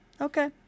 okay